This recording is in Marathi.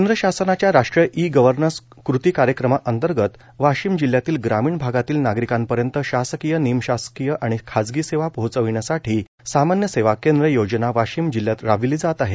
केंद्र शासनाच्या राष्ट्रीय ई गव्हर्नस कृती कार्यक्रमाअंतर्गत जिल्ह्यातील ग्रामीण भागातील नागरीकापर्यंत शासकिय निमशासकिय आणि खाजगी सेवा पोहोचविण्यासाठी कॉमन सर्व्हीस सेंटर योजना वाशिम जिल्ह्यात राबविली जात आहे